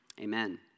Amen